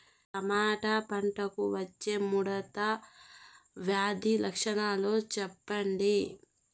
Tomato పంటకు వచ్చే ముడత వ్యాధి లక్షణాలు చెప్పండి?